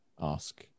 ask